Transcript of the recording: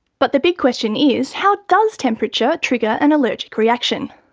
but the big question is how does temperature trigger an allergic reaction?